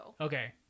Okay